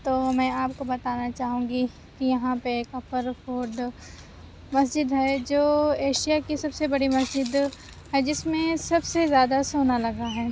تو میں آپ کو بتانا چاہوں گی کہ یہاں پہ کپر فوڈ مسجد ہے جو ایشیا کی سب سے بڑی مسجد ہے جس میں سب سے زیادہ سونا لگا ہے